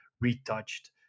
retouched